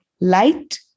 light